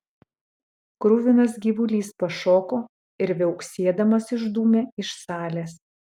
kruvinas gyvulys pašoko ir viauksėdamas išdūmė iš salės